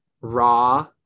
raw